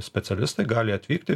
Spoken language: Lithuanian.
specialistai gali atvykti